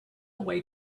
way